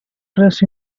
press